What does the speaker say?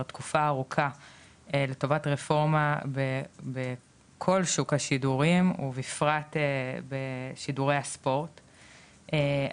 תקופה ארוכה לטובת רפורמה בכל שוק השידורים ובפרט בשידורי הספורט,